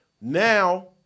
now